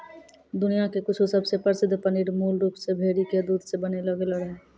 दुनिया के कुछु सबसे प्रसिद्ध पनीर मूल रूप से भेड़ी के दूध से बनैलो गेलो रहै